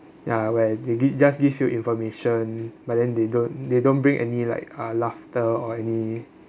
ya where they gi~ just give you information but then they don't they don't bring any like uh laughter or any